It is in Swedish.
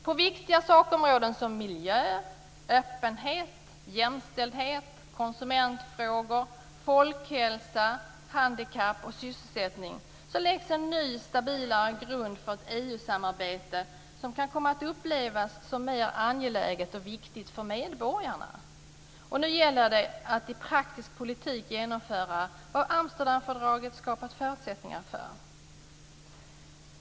På viktiga sakområden såsom miljö, öppenhet, jämställdhet, konsumentfrågor, folkhälsa, handikapp och sysselsättning läggs en ny och stabilare grund för ett EU-samarbete som kan komma att upplevas som mer angeläget och viktigt för medborgarna. Nu gäller det att i praktisk politik genomföra vad Amsterdamfördraget skapat förutsättningar för.